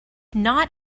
not